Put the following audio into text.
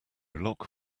lock